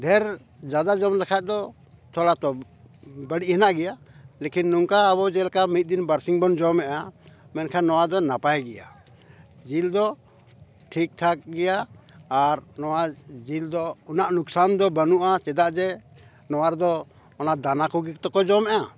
ᱰᱷᱮᱨ ᱡᱟᱫᱟ ᱡᱚᱢ ᱞᱮᱠᱷᱟᱱ ᱫᱚ ᱛᱷᱚᱲᱟ ᱛᱚᱵᱽ ᱵᱟᱹᱲᱤᱡ ᱢᱮᱱᱟᱜ ᱜᱮᱭᱟ ᱞᱮᱠᱤᱱ ᱱᱚᱝᱠᱟ ᱟᱵᱚ ᱡᱮᱞᱮᱠᱟ ᱢᱤᱫ ᱫᱤᱱ ᱵᱟᱨᱥᱤᱝ ᱵᱚᱱ ᱡᱚᱢᱮᱜᱼᱟ ᱢᱮᱱᱠᱷᱟᱱ ᱱᱚᱣᱟ ᱫᱚ ᱱᱟᱯᱟᱭ ᱜᱮᱭᱟ ᱡᱤᱞ ᱫᱚ ᱴᱷᱤᱠ ᱴᱷᱟᱠ ᱜᱮᱭᱟ ᱟᱨ ᱱᱚᱣᱟ ᱡᱤᱞ ᱫᱚ ᱩᱱᱟᱹᱜ ᱞᱚᱠᱥᱟᱱ ᱫᱚ ᱵᱟᱹᱱᱩᱜᱼᱟ ᱪᱮᱫᱟᱜ ᱡᱮ ᱱᱚᱣᱟ ᱨᱮᱫᱚ ᱚᱱᱟ ᱫᱟᱱᱟ ᱠᱚᱜᱮ ᱛᱚᱠᱚ ᱡᱚᱢᱮᱜᱼᱟ